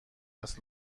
است